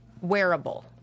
wearable